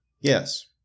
Yes